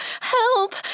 Help